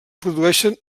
produeixen